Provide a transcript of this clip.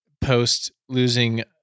post-losing